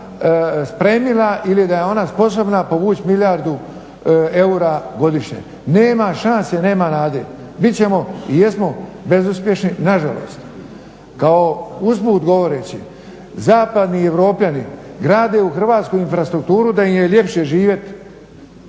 ova vlada spremila ili da je ona sposobna povući milijardu eura godišnje. Nema šanse, nema nade. Bit ćemo i jesmo bezuspješni nažalost. Kao usput govoreći zapadni Europljani grade u Hrvatskoj infrastrukturu da im je ljepše živjeti